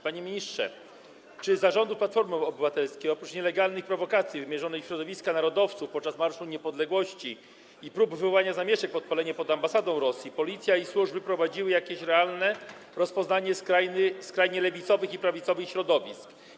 Panie ministrze, czy za rządów Platformy Obywatelskiej oprócz nielegalnych prowokacji wymierzonych w środowiska narodowców podczas Marszu Niepodległości i prób wywołania zamieszek - podpalenie pod ambasadą Rosji - policja i służby prowadziły jakieś realne rozpoznanie skrajnie lewicowych i prawicowych środowisk?